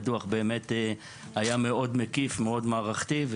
הדוח באמת היה מאוד מקיף מאוד מערכתי.